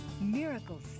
Miracles